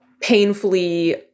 painfully